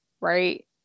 right